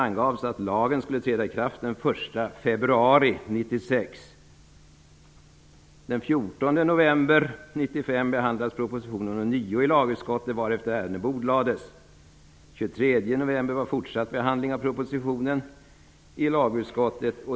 Den 7 november november var det fortsatt behandling av propositionen i lagutskottet.